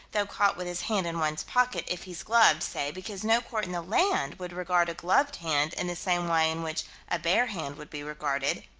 though caught with his hand in one's pocket, if he's gloved, say because no court in the land would regard a gloved hand in the same way in which a bare hand would be regarded.